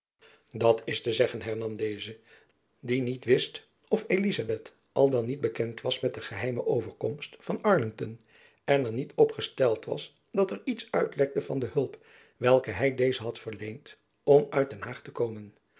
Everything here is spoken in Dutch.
dat is te zeggen hernam deze die niet wist of elizabeth al dan niet bekend was met de geheime jacob van lennep elizabeth musch overkomst van arlington en er niet op gesteld was dat er iets uitlekte van de hulp welke hy dezen had verleend om uit den haag te komen